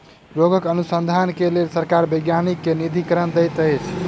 रोगक अनुसन्धान के लेल सरकार वैज्ञानिक के निधिकरण दैत अछि